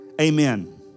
Amen